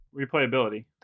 replayability